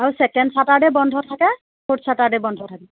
আৰু second Saturday বন্ধ থাকে ফৰ্থ ছাটাৰডে বন্ধ থাকে